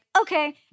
okay